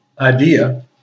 idea